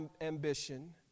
ambition